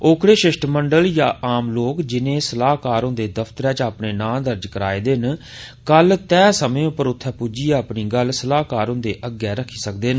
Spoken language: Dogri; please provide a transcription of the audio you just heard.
ओकड़े शिष्टमंडल यां आम लोक जिनें सलाहकार हूंदे दफ्तर च अपने नांऽ दर्ज करोआए दे न ओह् कल तय समें पर उत्थे पुज्जियै अपनी गल्ल सलाहकार हुंदे अग्गे रक्खी सकदे न